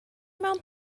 mewn